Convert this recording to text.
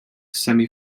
semi